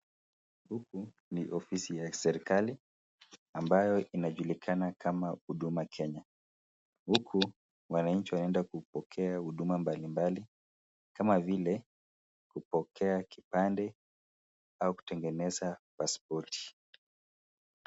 Huku ni ofisi ya serikali, ambayo inajulikana kama Huduma Kenya. Huku, wananchi wanaenda kupokea huduma mbalimbali kama vile, kupokea kipande au kutengeneza pasipoti.